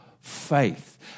faith